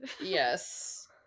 Yes